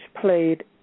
played